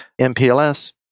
MPLS